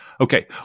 Okay